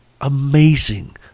amazing